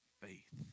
faith